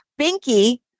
Binky